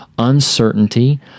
uncertainty